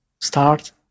start